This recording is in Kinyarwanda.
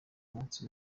munsi